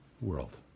world